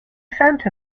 cent